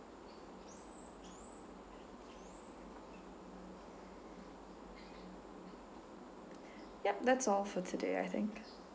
yup that's all for today I think